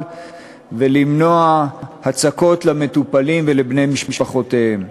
ולמנוע הצקות למטופלים ולבני משפחותיהם.